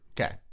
okay